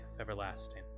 everlasting